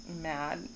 mad